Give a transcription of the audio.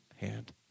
hand